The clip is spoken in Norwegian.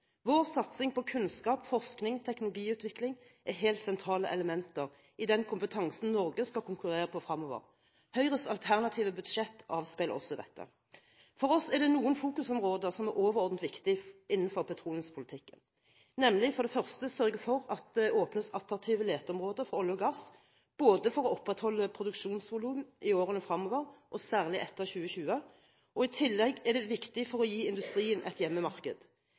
Vår satsing på kunnskap, forskning og teknologiutvikling er helt sentrale elementer i kompetansen Norge skal konkurrere på fremover. Høyres alternative budsjett avspeiler også dette. For oss er det noen fokusområder som er overordnet viktig innenfor petroleumspolitikken. Det er for det første å sørge for at det åpnes attraktive leteområder for olje og gass, både for å opprettholde produksjonsvolum i årene fremover, og særlig etter 2020, og for å gi industrien et hjemmemarked,